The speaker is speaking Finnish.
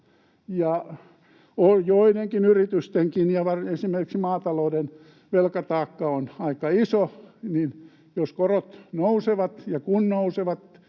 joidenkin yritystenkin ja esimerkiksi maatalouden velkataakka on aika iso, jos korot nousevat ja kun nousevat